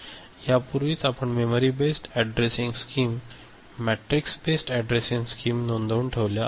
यापूर्वीच आपण memory based addressing scheme matrix based addressing scheme नोंदवून ठेवल्या आहेत